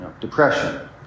Depression